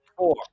Four